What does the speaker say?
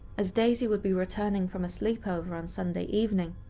as daisy would be returning from a sleepover on sunday evening,